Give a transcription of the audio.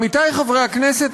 עמיתי חברי הכנסת,